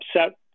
upset